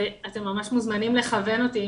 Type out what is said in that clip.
ואתם ממש מוזמנים לכוון אותי,